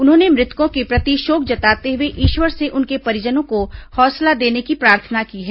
उन्होंने मृतकों के प्रति शोक जताते हुए ईश्वर से उनके परिजनों को हौसला देने की प्रार्थना की है